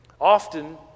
Often